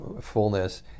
fullness